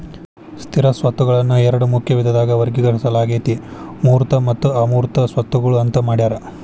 ಸ್ಥಿರ ಸ್ವತ್ತುಗಳನ್ನ ಎರಡ ಮುಖ್ಯ ವಿಧದಾಗ ವರ್ಗೇಕರಿಸಲಾಗೇತಿ ಮೂರ್ತ ಮತ್ತು ಅಮೂರ್ತ ಸ್ವತ್ತುಗಳು ಅಂತ್ ಮಾಡ್ಯಾರ